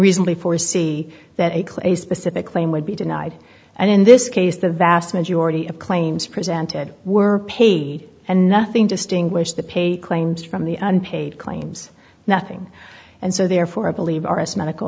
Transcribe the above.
reasonably foresee that a clay specific claim would be denied and in this case the vast majority of claims presented were paid and nothing distinguished the pay claims from the unpaid claims nothing and so therefore i believe are as medical